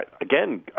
Again